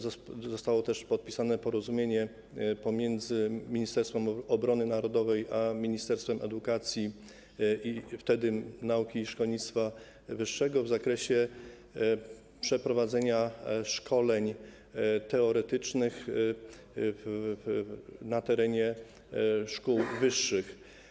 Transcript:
Zostało też podpisane porozumienie pomiędzy Ministerstwem Obrony Narodowej a Ministerstwem Edukacji i Nauki, wtedy Ministerstwem Nauki i Szkolnictwa Wyższego, w zakresie przeprowadzenia szkoleń teoretycznych na terenie szkół wyższych.